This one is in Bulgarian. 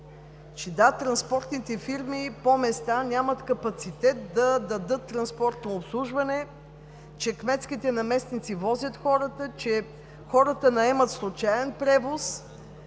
– че транспортните фирми по места нямат капацитет да дадат транспортно обслужване, че кметските наместници возят хората, че хората наемат случаен превоз.